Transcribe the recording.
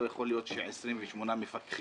לא יכול להיות ש-28 מפקחים